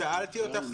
שאלתי אותך,